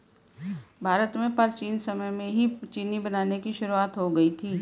भारत में प्राचीन समय में ही चीनी बनाने की शुरुआत हो गयी थी